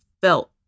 felt